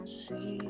see